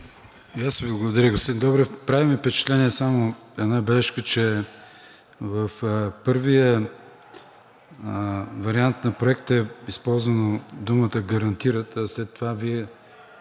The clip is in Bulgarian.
аз Ви благодаря, господин Добрев. Прави ми впечатление, само една бележка, че в първия вариант на Проекта е използвана думата „гарантират“, а след това Вие